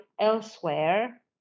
elsewhere